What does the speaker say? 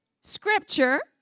scripture